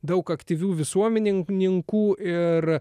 daug aktyvių visuomenininkų ir